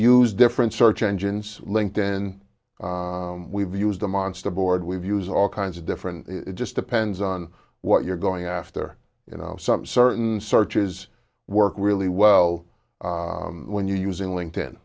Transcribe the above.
use different search engines link then we've used the monster board we've use all kinds of different it just depends on what you're going after you know some certain searches work really well when you using linked in